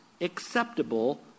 acceptable